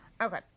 Okay